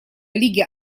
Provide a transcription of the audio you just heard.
лиги